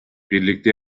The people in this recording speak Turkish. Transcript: birlikte